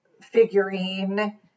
figurine